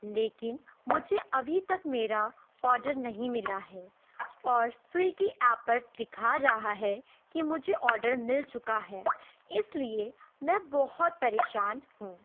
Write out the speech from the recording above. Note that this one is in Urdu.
لیکن مجھے ابھی تک میرا آڈر نہیں ملا ہے اور سویگی ایپ پر دکھا رہا ہے کہ مجھے آڈر مل چکا ہے اس لیے میں بہت پریشان ہوں